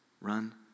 run